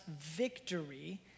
victory